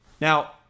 Now